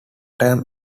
term